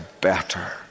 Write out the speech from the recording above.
better